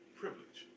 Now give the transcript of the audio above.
privilege